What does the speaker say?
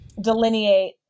delineate